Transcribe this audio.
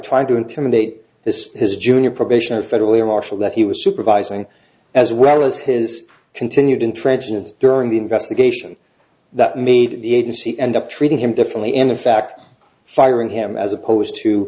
trying to intimidate this his junior probation a federal air marshal that he was supervising as well as his continued intransigence during the investigation that made the agency end up treating him differently and in fact firing him as opposed to